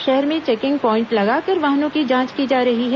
शहर में checking point लगाकर वाहनों की जांच की जा रही है